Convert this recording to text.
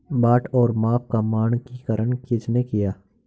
बाट और माप का मानकीकरण किसने किया?